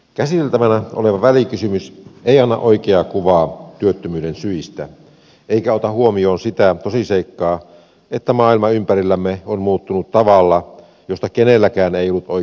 käsiteltävänä oleva välikysymys ei anna oikeaa kuvaa työttömyyden syistä eikä ota huomioon sitä tosiseikkaa että maailma ympärillämme on muuttunut tavalla josta kenelläkään ei ollut oikeaa kuvaa